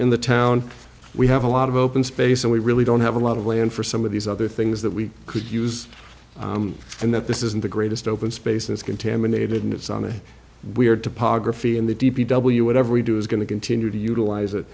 in the town we have a lot of open space and we really don't have a lot of land for some of these other things that we could use and that this isn't the greatest open space is contaminated and it's on a weird typography in the d p w whatever we do is going to continue to utilize it